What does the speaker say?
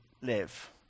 live